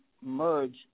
merge